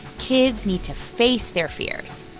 kids need to face their fears.